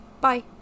Bye